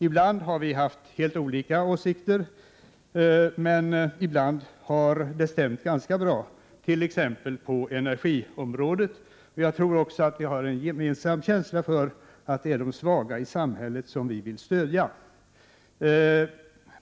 Ibland har vi haft helt olika åsikter, ibland har det stämt ganska bra, t.ex. på energiområdet. Jag tror också att vi har en gemensam känsla för att det är de svaga i samhället som vi vill stödja.